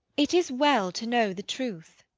it is well to know the truth.